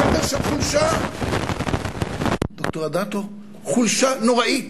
שדר של חולשה, ד"ר אדטו, חולשה נוראה.